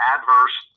Adverse